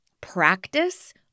practice